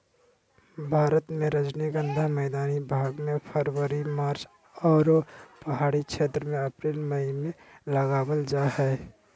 भारत मे रजनीगंधा मैदानी भाग मे फरवरी मार्च आरो पहाड़ी क्षेत्र मे अप्रैल मई मे लगावल जा हय